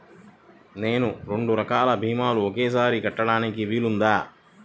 నేను రెండు రకాల భీమాలు ఒకేసారి కట్టడానికి వీలుందా?